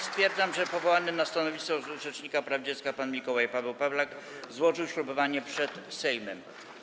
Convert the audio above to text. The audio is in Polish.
Stwierdzam, że powołany na stanowisko rzecznika praw dziecka pan Mikołaj Paweł Pawlak złożył ślubowanie przed Sejmem.